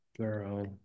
girl